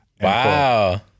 Wow